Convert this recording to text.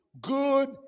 good